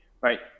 right